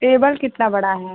table कितना बड़ा है